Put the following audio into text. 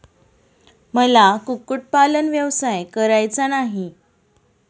मला कुक्कुटपालन व्यवसाय करायचा नाही